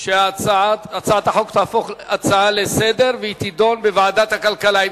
שהצעת החוק תהפוך להצעה לסדר-היום ותידון בוועדת הכלכלה.